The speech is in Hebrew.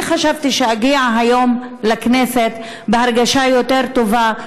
אני חשבתי שאגיע היום לכנסת בהרגשה יותר טובה,